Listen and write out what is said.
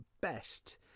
best